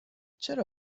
چرا